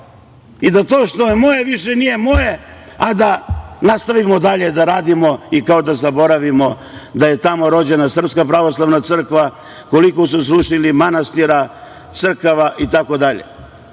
i da to što je moje više nije moje, a da nastavimo dalje da radimo i kao da zaboravimo da je tamo rođena SPC, koliko su srušili manastira, crkava itd. Jeste